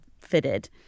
fitted